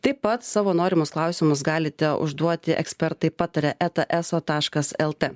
taip pat savo norimus klausimus galite užduoti ekspertai pataria eta eso taškas lt